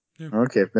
Okay